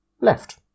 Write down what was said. left